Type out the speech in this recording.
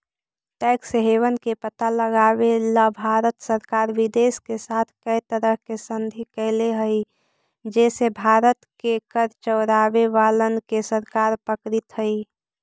tax haven के पता लगावेला भारत सरकार विदेश के साथ कै तरह के संधि कैले हई जे से भारत के कर चोरावे वालन के सरकार पकड़ित हई